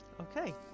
Okay